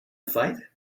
fight